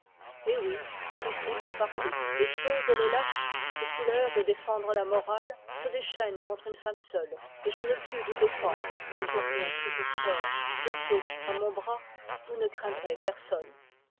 c'est ici comme partout les sots et les lâches sous couleur de défendre la morale se déchaînent contre une femme seule et je ne puis vous défendre nous aurions toujours tort bientôt à mon bras vous ne craindrez personne